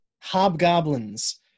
hobgoblins